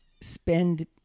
spend